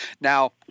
Now